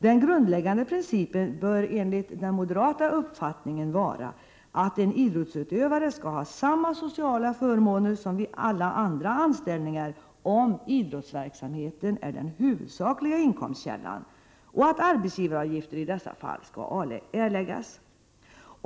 Den grundläggande principen bör enligt moderat uppfattning vara att en idrottsutövare skall ha samma sociala förmåner som i alla andra anställningar om idrottsverksamheten är den huvudsakliga inkomstkällan och att arbetsgivaravgifter skall erläggas i dessa fall.